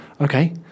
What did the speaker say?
Okay